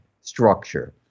structure